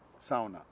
sauna